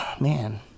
man